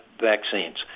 vaccines